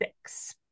six